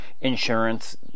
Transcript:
insurance